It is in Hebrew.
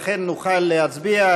לכן נוכל להצביע.